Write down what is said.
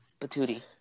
Patootie